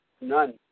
None